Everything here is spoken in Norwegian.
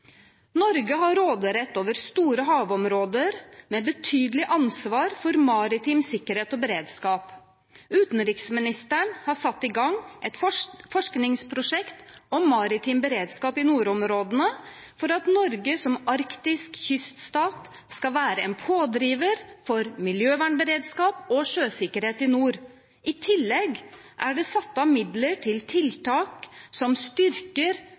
Norge har råderett over store havområder med betydelig ansvar for maritim sikkerhet og beredskap. Utenriksministeren har satt i gang et forskningsprosjekt om maritim beredskap i nordområdene for at Norge som arktisk kyststat skal være en pådriver for miljøvernberedskap og sjøsikkerhet i nord. I tillegg er det satt av midler til tiltak som styrker